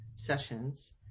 Sessions